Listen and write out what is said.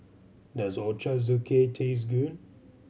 does Ochazuke taste good